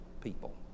people